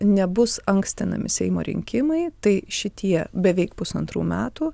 nebus ankstinami seimo rinkimai tai šitie beveik pusantrų metų